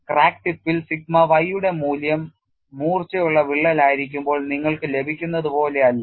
crack ടിപ്പിൽ sigma y യുടെ മൂല്യം മൂർച്ചയുള്ള വിള്ളലായിരിക്കുമ്പോൾ നിങ്ങൾക്ക് ലഭിക്കുന്നതുപോലെ അല്ല